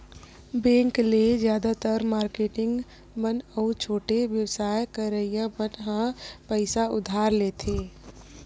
bank ले जादातर marketing मन अउ छोटे बेवसाय करइया मन ह पइसा उधार लेथे